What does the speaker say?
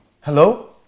Hello